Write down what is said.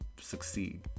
succeed